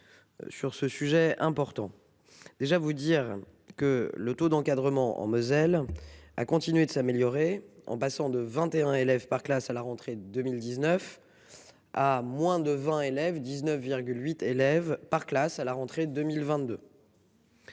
Sur ce sujet important. Déjà vous dire que le taux d'encadrement en Moselle a continué de s'améliorer en passant de 21 élèves par classe à la rentrée 2019. À moins de 20 élèves, 19, 8 élèves par classe à la rentrée 2022.